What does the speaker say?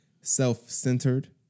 self-centered